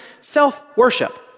self-worship